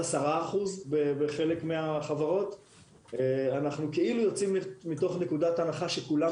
10% בחלק מהחברות אנחנו יוצאים מתוך נקודת הנחה שכולם